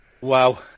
Wow